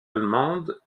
allemandes